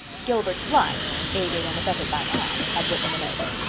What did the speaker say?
gilbert blythe, aided and abetted by anne, had written the notes,